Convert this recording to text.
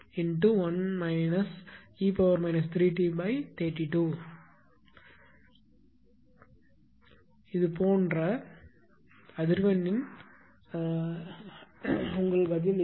631 e 3t32 இது போன்ற அதிர்வெண்ணின் உங்கள் பதில் இது